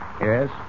Yes